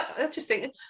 interesting